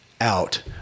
out